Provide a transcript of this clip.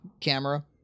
camera